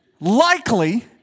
Likely